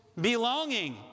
belonging